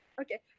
Okay